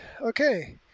Okay